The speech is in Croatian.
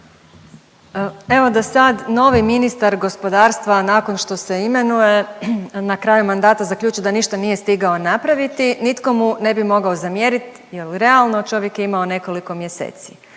Evo da sad novi ministar gospodarstva nakon što se imenuje na kraju mandata zaključi da ništa nije stigao napraviti nitko mu ne bi mogao zamjerit jer realno čovjek je imao nekoliko mjeseci.